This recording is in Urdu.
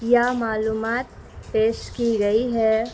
یا معلومات پیش کی گئی ہے